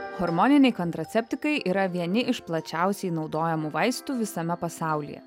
hormoniniai kontraceptikai yra vieni iš plačiausiai naudojamų vaistų visame pasaulyje